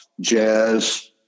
jazz